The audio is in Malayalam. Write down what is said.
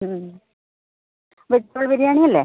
ഹ്മ്മ് വെജിറ്റബ്ൾ ബിരിയാണി അല്ലേ